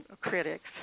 critics